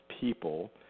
people